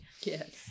Yes